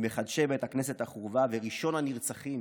ממחדשי בית הכנסת החורבה, וראשון הנרצחים